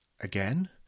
Again